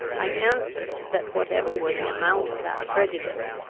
i answered, that, whatever were the amount of that prejudice,